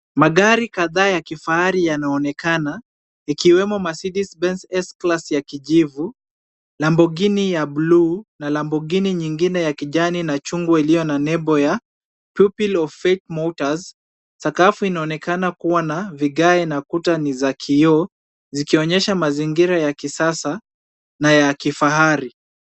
Magari kadha ya kifahari yanaonekana ikiwemo Mercedes Benz s-class ya kijivu, Lamborgini ya bluu na Lamborgini ingine ya kijani na chungwa iliyo na nembo ya of Pupil of fate Motors. Sakafu inaonekana kuwa na vigae na kuta ni za kioo zikionyesha mazingira ya kisasa na ya kifahari.